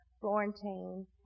Florentine